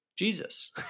Jesus